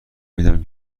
میدم